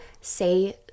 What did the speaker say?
say